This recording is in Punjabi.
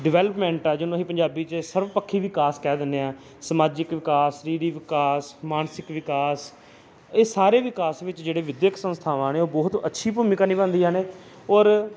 ਡਿਵੈਲਪਮੈਂਟ ਆ ਜਿਹਨੂੰ ਅਸੀਂ ਪੰਜਾਬੀ 'ਚ ਸਰਵ ਪੱਖੀ ਵਿਕਾਸ ਕਹਿ ਦਿੰਦੇ ਹਾਂ ਸਮਾਜਿਕ ਵਿਕਾਸ ਸਰੀਰਿਕ ਵਿਕਾਸ ਮਾਨਸਿਕ ਵਿਕਾਸ ਇਹ ਸਾਰੇ ਵਿਕਾਸ ਵਿੱਚ ਜਿਹੜੇ ਵਿਦਿਅਕ ਸੰਸਥਾਵਾਂ ਨੇ ਉਹ ਬਹੁਤ ਅੱਛੀ ਭੂਮਿਕਾ ਨਿਭਾਉਂਦੀਆਂ ਨੇ ਔਰ